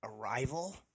Arrival